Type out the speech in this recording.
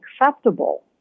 acceptable